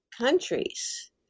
countries